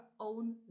own